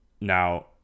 now